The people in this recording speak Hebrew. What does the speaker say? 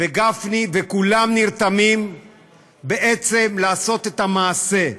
וגפני, וכולם נרתמים בעצם לעשות את המעשה: